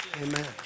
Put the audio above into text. Amen